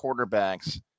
quarterbacks